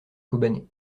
kobané